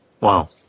Wow